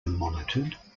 monitored